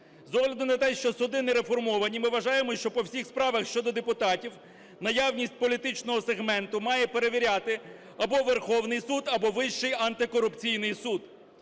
З огляду на те, що суди не реформовані, ми вважаємо, що по всіх справах щодо депутатів наявність політичного сегменту має перевіряти або Верховний Суд, або Вищий антикорупційний суд.